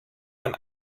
ein